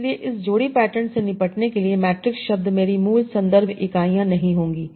इसलिए इस जोड़ी पैटर्न से निपटने के लिए मैट्रिक्स शब्द मेरी मूल संदर्भ इकाइयाँ नहीं होंगी